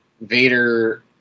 Vader